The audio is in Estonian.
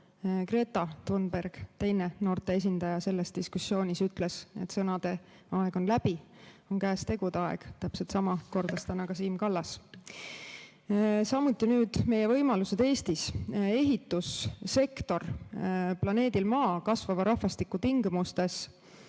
Greta Thunberg, teine noorte esindaja selles diskussioonis, ütles, et sõnade aeg on läbi, käes on tegude aeg, kordas täpselt sama täna siin ka Siim Kallas. Nüüd räägin meie võimalustest Eestis. Ehitussektorist planeedil Maa kasvava rahvastiku tingimustes